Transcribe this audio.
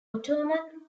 ottoman